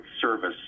service